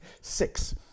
Six